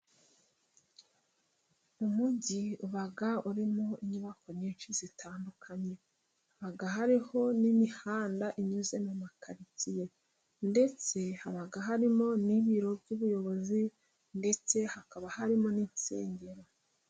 Umujyi uba urimo inyubako nyinshi zitandukanye. Haba hariho n'imihanda inyuze mu makaritsiye. Ndetse haba harimo n'ibiro by'ubuyobozi ndetse hakaba harimo n'insengero.